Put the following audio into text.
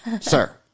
sir